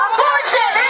Abortion